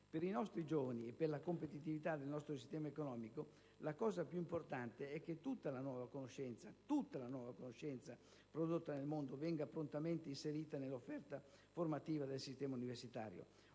Per i nostri giovani e per la competitività del nostro sistema economico la cosa più importante è che tutta la nuova conoscenza prodotta nel mondo venga prontamente inserita nell'offerta formativa del sistema universitario.